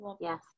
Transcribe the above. yes